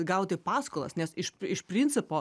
gauti paskolas nes iš iš principo